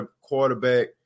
quarterback